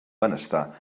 benestar